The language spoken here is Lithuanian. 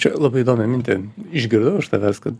čia labai įdomią mintį išgirdau iš tavęs kad